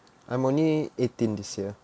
I'm only eighteen this year